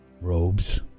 robes